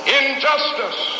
injustice